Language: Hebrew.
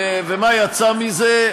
ומה יצא מזה?